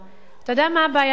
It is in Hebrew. אתה יודע מה הבעיה שלכם?